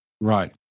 Right